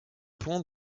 ponts